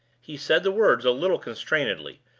he said the words a little constrainedly,